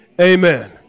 amen